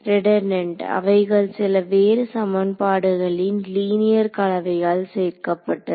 redundant அவைகள் சில வேறு சமன்பாடுகளின் லீனியர் கலவையால் சேர்க்கப்பட்டது